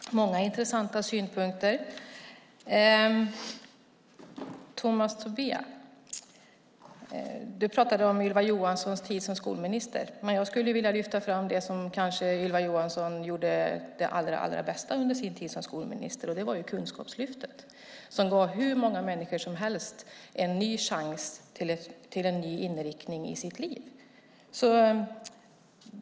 Fru talman! Det är många intressanta synpunkter. Tomas Tobé pratade om Ylva Johanssons tid som skolminister. Jag skulle vilja lyfta fram det som Ylva Johansson kanske gjorde allra bäst under sin tid som skolminister, nämligen Kunskapslyftet som gav hur många människor som helst en ny chans till en ny inriktning i livet.